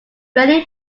ready